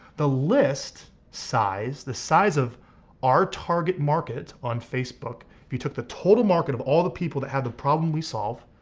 the list size, the size of our target market on facebook if you took the total market of all the people that have the problem we solve,